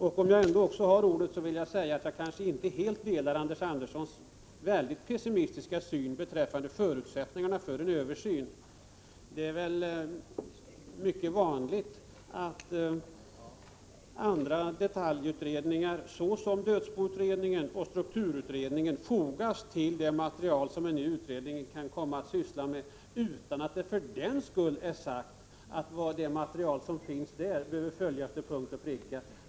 När jag ändå har ordet vill jag säga att jag kanske inte helt delar Anders Anderssons väldigt pessimistiska syn på förutsättningarna för en översyn. Det är väl mycket vanligt att andra detaljutredningar, såsom dödsboutredningen och strukturutredningen, fogas till det material som en ny utredning kan komma att syssla med utan att det för den skull är sagt att materialet behöver följas till punkt och pricka.